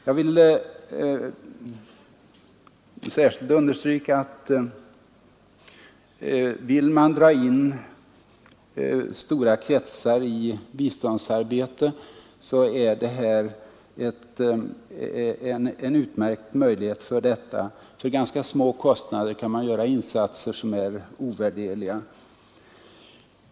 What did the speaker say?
Jag vill särskilt understryka att vill man dra in stora kretsar i biståndsarbete är det här en utmärkt möjlighet för detta — för ganska små kostnader kan det göras insatser som är ovärderliga.